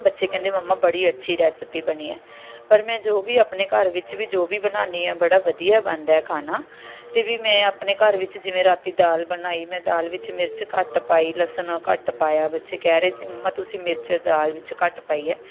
ਬੱਚੇ ਕਹਿੰਦੇ ਮੰਮਾ ਬੜੀ ਅੱਛੀ ਰੈਸਪੀ ਬਣੀ ਹੈ ਪਰ ਮੈਂ ਜੋ ਵੀ ਆਪਣੇ ਘਰ ਵਿੱਚ ਵੀ ਜੋ ਵੀ ਬਣਾਉਂਦੀ ਐ ਬੜਾ ਵਧੀਆ ਬਣਦਾ ਖਾਣਾ ਅਤੇ ਵੀ ਮੈਂ ਆਪਣੇ ਘਰ ਵਿੱਚ ਜਿਵੇਂ ਰਾਤੀ ਦਾਲ ਬਣਾਈ ਮੈਂ ਦਾਲ ਵਿੱਚ ਮਿਰਚ ਘੱਟ ਪਾਈ ਲਸਣ ਘੱਟ ਪਾਇਆ ਬੱਚੇ ਕਹਿ ਰਹੇ ਸੀ ਮੰਮਾ ਤੁਸੀਂ ਮਿਰਚ ਦਾਲ ਵਿੱਚ ਘੱਟ ਪਾਈ ਹੈ